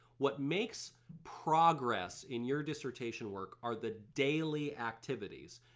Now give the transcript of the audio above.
what makes progress in your dissertation work are the daily activities.